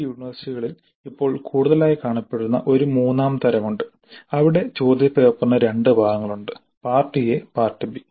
ചില യൂണിവേഴ്സിറ്റികളിൽ ഇപ്പോൾ കൂടുതലായി കാണപ്പെടുന്ന ഒരു മൂന്നാം തരം ഉണ്ട് അവിടെ ചോദ്യപേപ്പറിന് രണ്ട് ഭാഗങ്ങളുണ്ട് പാർട്ട് എ പാർട്ട് ബി